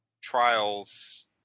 trials